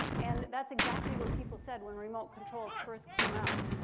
and that's exactly what people said when remote controls first came out.